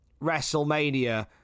WrestleMania